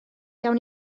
gawn